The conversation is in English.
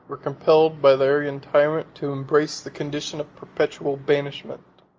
were compelled by the arian tyrant to embrace the condition of perpetual banishment.